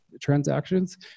transactions